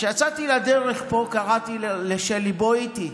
וכשיצאתי לדרך פה קראתי לשלי: בואי איתי.